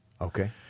okay